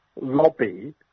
lobby